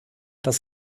das